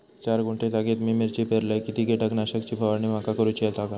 चार गुंठे जागेत मी मिरची पेरलय किती कीटक नाशक ची फवारणी माका करूची लागात?